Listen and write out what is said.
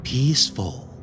Peaceful